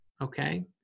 Okay